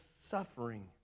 suffering